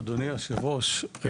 אדוני יושב הראש,